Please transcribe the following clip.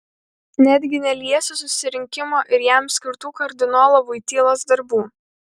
netgi neliesiu susirinkimo ir jam skirtų kardinolo voitylos darbų